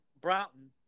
Broughton